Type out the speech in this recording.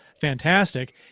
fantastic